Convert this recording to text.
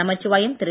Namachivayam Thiru